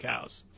cows